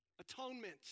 atonement